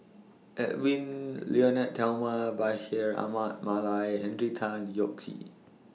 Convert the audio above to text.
Edwy Lyonet Talma Bashir Ahmad Mallal Henry Tan Yoke See